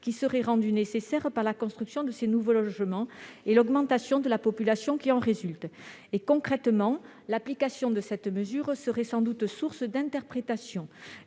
qui serait rendue nécessaire par la construction de ces nouveaux logements et l'augmentation de la population qui en résulte. Concrètement, l'application de cette mesure serait sans doute source d'interprétation.